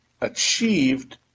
achieved